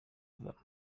them